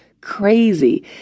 crazy